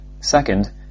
Second